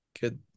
good